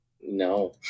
No